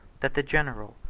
that the general,